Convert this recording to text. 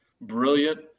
brilliant